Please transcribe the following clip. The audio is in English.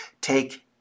take